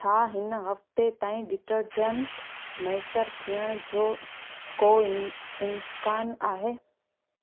छा हिन हफ़्ते ताईं डिटर्जेंट मुयसरु थियण जो को इम इम्कानु आहे